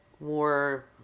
more